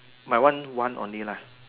my one one only lah